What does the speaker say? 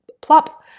plop